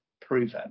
proven